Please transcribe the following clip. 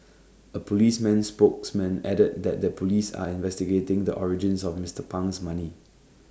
A Police man spokesman added that the Police are investigating the origins of Mister Pang's money